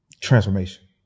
transformation